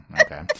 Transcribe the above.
Okay